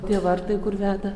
tie vartai kur veda